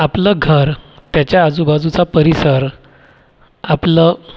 आपलं घर त्याच्या आजूबाजूचा परिसर आपलं